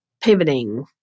pivoting